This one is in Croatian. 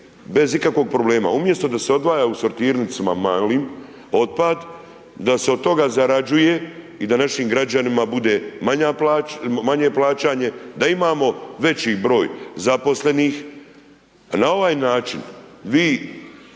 bez ikakvog problema. Umjesto da se odvaja u sortirnicama malim otpad, da se od toga zarađuje i da našim građanima bude manje plaćanje, da imamo veći broj zaposlenih. Na ovaj način vi